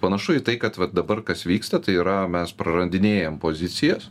panašu į tai kad va dabar kas vyksta tai yra mes prarandinėjam pozicijas